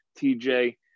TJ